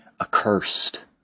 accursed